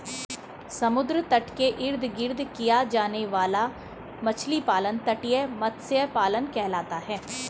समुद्र तट के इर्द गिर्द किया जाने वाला मछली पालन तटीय मत्स्य पालन कहलाता है